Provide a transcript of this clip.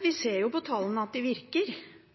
Vi ser jo av tallene at de virker,